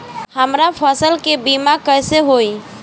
हमरा फसल के बीमा कैसे होई?